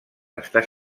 estar